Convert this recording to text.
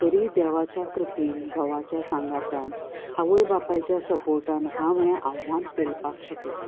तरीय देवाच्या कृपेन घोवाच्या सांगातान आवय बापायच्या सपोर्टान हांव हे आव्हान पेलपाक शकलें